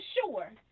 sure